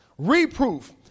Reproof